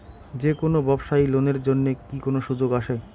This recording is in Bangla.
যে কোনো ব্যবসায়ী লোন এর জন্যে কি কোনো সুযোগ আসে?